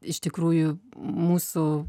iš tikrųjų mūsų